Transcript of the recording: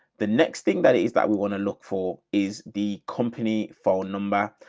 the next thing that it is that we want to look for is the company phone number.